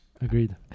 Agreed